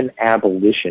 abolition